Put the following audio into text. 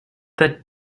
that